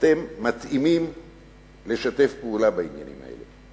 אתם מתאימים לשתף פעולה בעניינים האלה.